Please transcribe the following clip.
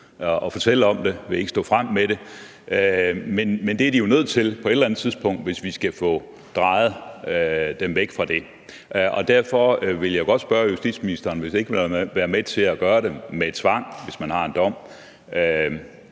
og fortælle om det, vil ikke stå frem med det, men det er de jo nødt til på et eller andet tidspunkt, hvis vi skal få dem drejet væk fra det. Derfor vil jeg jo godt spørge justitsministeren: Hvis ikke man vil være med til at gøre det med tvang, hvis der er en dom,